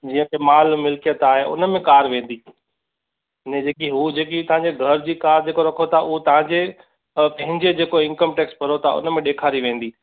जीअं के माल मिलकियत आए उनमें कार वेंदी ने जेकी हू जेकी तव्हांजे घरु जी कार जेको रखो ता उहो तव्हांजे पंहिंजे जेको इन्कम टैक्स भरो था उनमें ॾेखारी वेंदी